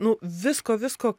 nu visko visko